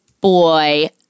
boy